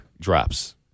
drops